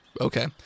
Okay